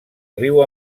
riu